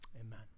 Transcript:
Amen